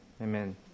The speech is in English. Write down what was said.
Amen